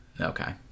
Okay